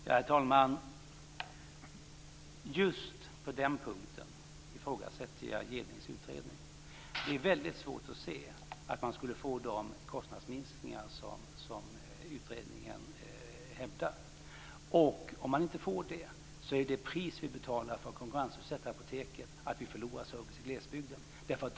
Herr talman! Just på den punkten ifrågasätter jag utredningen. Det är väldigt svårt att se att man skulle få de kostnadsminskningar som utredningen hävdar. Om man inte får det är det pris som vi betalar för att konkurrensutsätta apoteken att vi förlorar service i glesbygden.